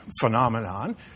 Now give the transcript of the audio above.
phenomenon